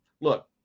look